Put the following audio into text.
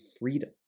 freedom